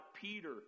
Peter